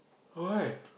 why